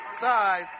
side